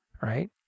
Right